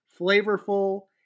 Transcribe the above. flavorful